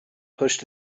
pushed